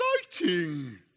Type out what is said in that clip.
exciting